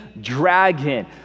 Dragon